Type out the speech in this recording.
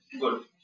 Good